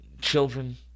children